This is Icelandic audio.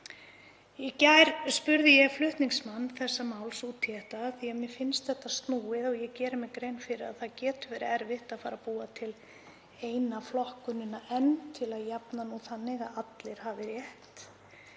spurði ég flutningsmann þessa máls út í þetta af því að mér finnst þetta snúið og ég geri mér grein fyrir að það getur verið erfitt að fara að búa til eina flokkunina enn til að jafna nú þannig að allir hafi rétt.